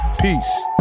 Peace